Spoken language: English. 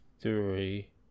three